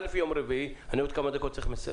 ראשית כי היום יום רביעי ובעוד כמה דקות אני צריך לסיים.